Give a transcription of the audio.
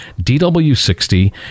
dw60